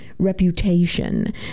reputation